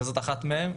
וזאת אחת מהן.